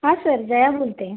हा सर जया बोलत आहे